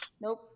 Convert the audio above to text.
Nope